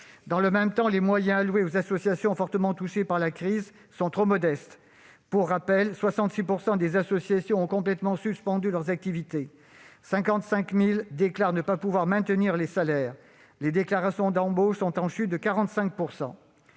Dans le même temps, les moyens alloués aux associations fortement touchées par la crise sont trop modestes. Pour rappel, 66 % des associations ont complètement suspendu leurs activités, 55 000 déclarent ne pas pouvoir maintenir les salaires et les déclarations d'embauche sont en chute de 45 %.